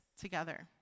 together